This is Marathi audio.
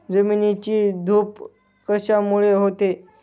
जमिनीची धूप कशामुळे होते?